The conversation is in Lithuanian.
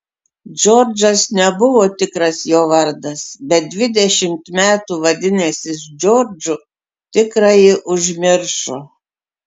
džordžas nebuvo tikras jo vardas bet dvidešimt metų vadinęsis džordžu tikrąjį užmiršo